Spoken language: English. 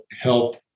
help